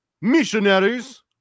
missionaries